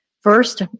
First